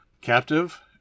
captive